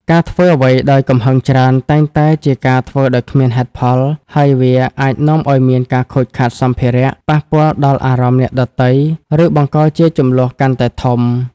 ការធ្វើអ្វីដោយកំហឹងច្រើន តែងជាការធ្វើដោយគ្មានហេតុផល ហើយ វាអាចនាំឲ្យមានការខូចខាតសម្ភារៈ ប៉ះពាល់ដល់អារម្មណ៍អ្នកដទៃ ឬបង្កជាជម្លោះកាន់តែធំ។